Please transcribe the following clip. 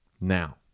Now